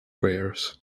bears